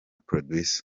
producer